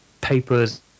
papers